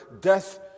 death